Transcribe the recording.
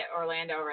Orlando